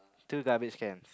two garbage cans